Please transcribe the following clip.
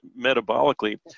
metabolically